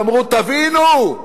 אמרו: תבינו,